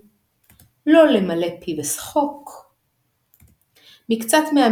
נטילת ערבה בהושענא רבה אכילת כורך בליל הסדר